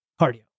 cardio